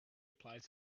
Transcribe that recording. applies